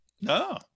No